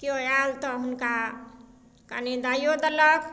केओ आयल तऽ हुनका कनी दइयो देलक